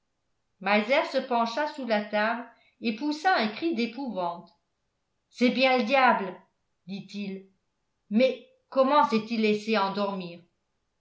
meiser se pencha sous la table et poussa un cri d'épouvante c'est bien le diable dit-il mais comment s'est-il laissé endormir